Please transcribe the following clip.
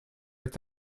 est